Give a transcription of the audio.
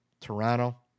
toronto